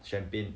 champagne